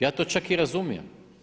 Ja to čak i razumijem.